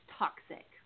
toxic